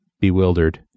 bewildered